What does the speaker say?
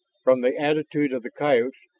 from the attitude of the coyotes,